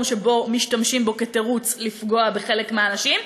שבו משתמשים בו כתירוץ לפגוע בחלק מהאנשים,